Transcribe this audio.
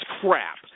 crap